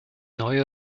neue